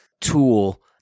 tool